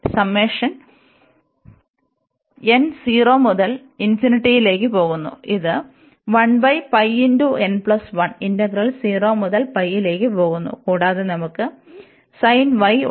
summation n 0 മുതൽലേക് പോകുന്നു ഇത് ഇന്റഗ്രൽ 0 മുതൽ ലേക് പോകുന്നു കൂടാതെ നമുക്ക് ഉണ്ട്